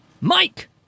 Mike